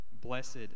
Blessed